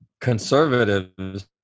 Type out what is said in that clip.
conservatives